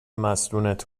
مستونت